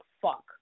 fuck